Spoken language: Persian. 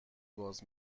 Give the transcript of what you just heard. باز